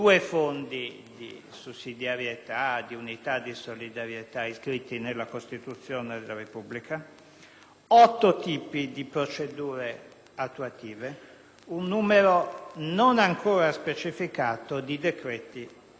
sussidiarietà e solidarietà iscritti nella Costituzione della Repubblica; vi sono otto tipi di procedure attuative e un numero non ancora specificato di decreti attuativi.